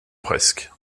presque